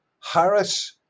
Harris